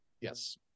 Yes